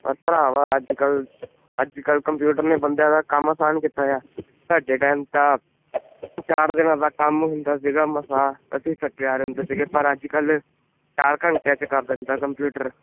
ਭਰਾਵਾ ਅੱਜ ਕੱਲ੍ਹ ਅੱਜ ਕੱਲ੍ਹ ਕੰਪਿਊਟਰ ਨੇ ਬੰਦਿਆਂ ਦਾ ਕੰਮ ਅਸਾਨ ਕੀਤਾ ਇਆ ਸਾਡੇ ਟਾਈਮ ਤਾਂ ਚਾਰ ਦਿਨਾਂ ਦਾ ਕੰਮ ਹੁੰਦਾ ਸੀਗਾ ਮਸਾਂ ਅਸੀਂ ਥੱਕੇ ਹਾਰੇ ਹੁੰਦੇ ਸੀਗੇ ਪਰ ਅੱਜ ਕੱਲ੍ਹ ਚਾਰ ਘੰਟਿਆਂ ਚ ਕਰ ਦਿੰਦਾ ਕੰਪਿਊਟਰ